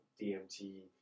DMT